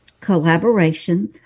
Collaboration